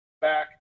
back